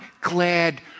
glad